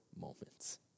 moments